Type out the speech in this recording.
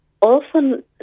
often